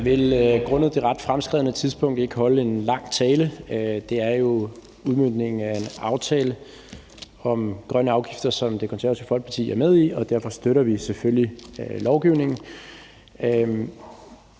Jeg vil grundet det ret fremskredne tidspunkt ikke holde en lang tale. Det er jo udmøntningen af en aftale om grønne afgifter, som Det Konservative Folkeparti er med i, og derfor støtter vi selvfølgelig lovgivningen.